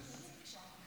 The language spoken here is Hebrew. מוותר.